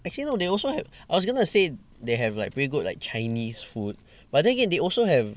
actually no they also have I was gonna say they have like very good like chinese food but then again they also have